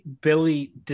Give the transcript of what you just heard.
Billy